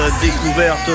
découverte